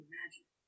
Imagine